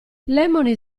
lemony